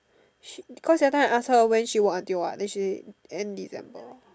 she cause that time I ask her when she work until what then she say end December